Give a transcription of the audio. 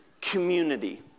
community